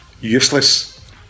Useless